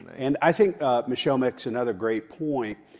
and i think michelle makes another great point,